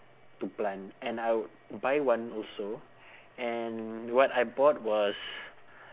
to plant and I would buy one also and what I bought was